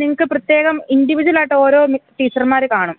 നിങ്ങള്ക്കു പ്രത്യേകം ഇൻഡിവിജ്വലായിട്ട് ഓരോ ടീച്ചർമാര് കാണും